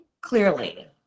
clearly